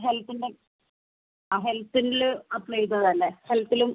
ഹെൽത്തിൻ്റെ അതെ ഹെൽത്തില് അപ്ലെ ചെയ്തതാല്ലേ ഹെൽത്തില്